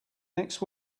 next